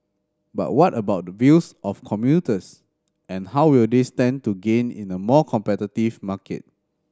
but what about the views of commuters and how will they stand to gain in a more competitive market